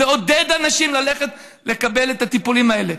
ולעודד אנשים לקבל את הטיפולים האלה,